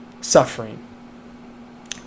suffering